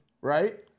Right